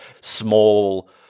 small